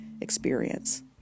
experience